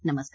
नमस्कार